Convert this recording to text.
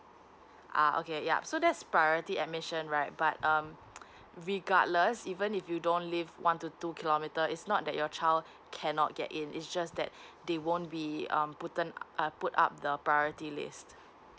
uh okay ya so that's priority admission right but um regardless even if you don't live one to two kilometer it's not that your child cannot get in it's just that they won't be um put in um put up the priority list